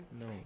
No